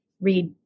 read